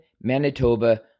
Manitoba